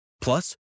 Plus